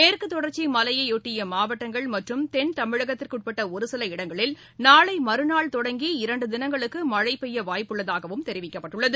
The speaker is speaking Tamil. மேற்குத்தொடர்ச்சி மலையையாட்டிய மாவட்டங்கள் மற்றும் தென்தமிழகத்திற்கு உட்பட்ட ஒருசில இடங்களில் நாளை மறுநாள் தொடங்கி இரண்டு தினங்களுக்கு மழை பெய்ய வாய்ப்பு உள்ளதாகவும் தெிவிக்கப்பட்டுள்ளது